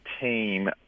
team